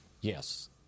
Yes